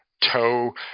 toe